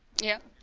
yeah